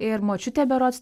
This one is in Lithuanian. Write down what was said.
ir močiutė berods